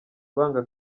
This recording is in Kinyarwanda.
banga